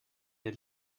der